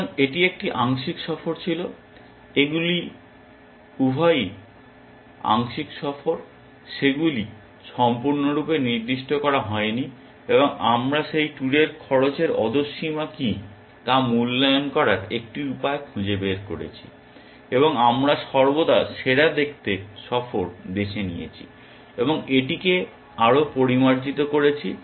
সুতরাং এটি একটি আংশিক সফর ছিল এগুলি উভয়ই আংশিক সফর সেগুলি সম্পূর্ণরূপে নির্দিষ্ট করা হয়নি এবং আমরা সেই ট্যুরের খরচের অধঃসীমা কী তা মূল্যায়ন করার একটি উপায় খুঁজে বের করেছি এবং আমরা সর্বদা সেরা দেখতে সফর বেছে নিয়েছি এবং এটিকে আরও পরিমার্জিত করেছি